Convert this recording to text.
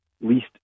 least